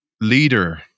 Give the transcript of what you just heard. leader